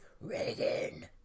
Reagan